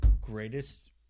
greatest